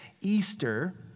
Easter